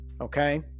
Okay